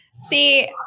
See